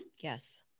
Yes